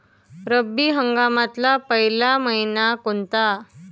रब्बी हंगामातला पयला मइना कोनता?